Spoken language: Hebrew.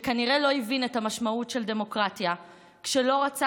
שכנראה לא הבין את המשמעות של דמוקרטיה כשלא רצה